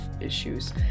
issues